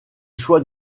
choix